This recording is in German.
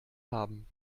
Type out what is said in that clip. haben